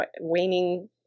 waning